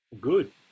Good